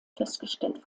festgestellt